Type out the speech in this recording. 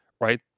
right